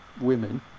women